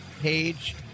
Page